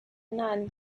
nun